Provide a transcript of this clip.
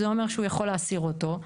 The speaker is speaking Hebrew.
זה אומר שהוא יכול להסיר אותו.